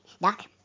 doc